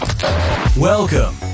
Welcome